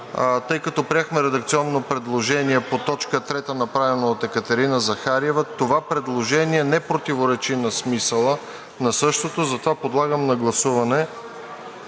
Тъй като приехме редакционно предложение по т. 3, направено от Екатерина Захариева, това предложение не противоречи на смисъла на същото. Затова подлагам на гласуване